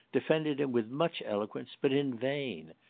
defended him with much eloquence, but in vain.